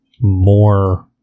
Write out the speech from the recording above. more